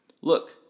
look